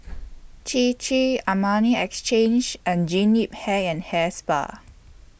Chir Chir Armani Exchange and Jean Yip Hair and Hair Spa